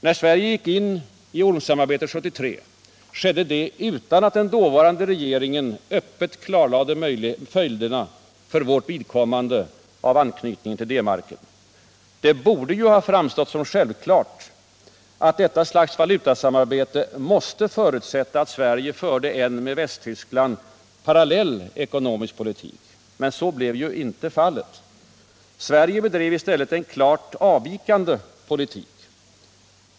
När Sverige gick in i ormsamarbetet 1973 skedde det utan att den dåvarande regeringen öppet klarlade följderna för vårt vidkommande av anknytningen till D-marken. Det borde ju ha framstått som självklart, att detta slags valutasamarbete måste förutsätta att Sverige förde en med Västtyskland parallell ekonomisk politik. Så blev inte fallet. Sverige bedrev i stället en klart avvikande politik.